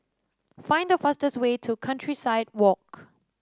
find the fastest way to Countryside Walk